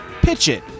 PITCHIT